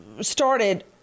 started